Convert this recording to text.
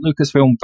Lucasfilm